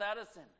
Edison